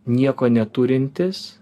nieko neturintis